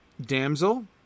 damsel